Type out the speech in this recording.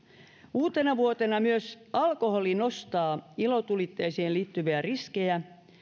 uutenavuotena myös alkoholi nostaa ilotulitteisiin liittyviä riskejä